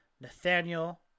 Nathaniel